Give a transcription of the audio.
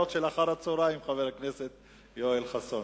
אחר-הצהריים, חבר הכנסת יואל חסון.